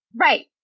Right